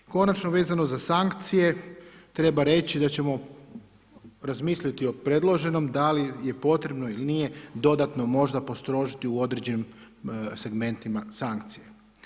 Konačno vezano za sankcije, treba reći da ćemo razmisliti o predloženom da li je potrebno ili nije dodatno možda postrožiti u određenim segmentima sankcije.